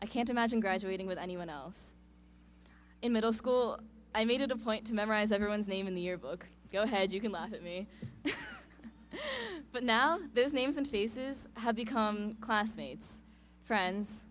i can't imagine graduating with anyone else in middle school i made it a point to memorize everyone's name in the yearbook go ahead you can laugh at me but now this names and faces have become classmates friends